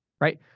Right